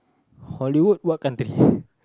Hollywood what country